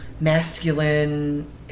masculine